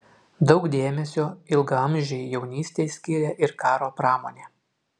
daug dėmesio ilgaamžei jaunystei skiria ir karo pramonė